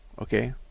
Okay